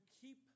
keep